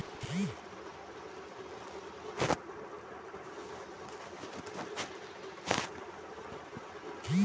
ई अनेक आकार प्रकार के होइ छै आ भोजनक एकटा नीक स्रोत छियै